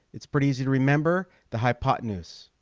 it's pretty easy to remember the hypotenuse